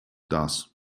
das